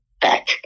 back